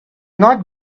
not